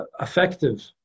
effective